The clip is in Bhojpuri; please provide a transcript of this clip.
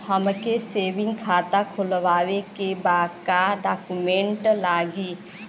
हमके सेविंग खाता खोलवावे के बा का डॉक्यूमेंट लागी?